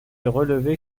relever